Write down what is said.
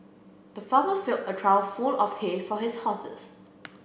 the farmer filled a trough full of hay for his horses